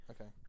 Okay